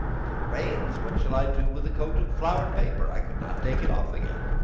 if it rains, what shall i do with a coat of flowered paper? i could not take it off again.